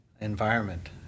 environment